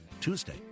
Tuesday